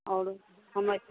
और हमें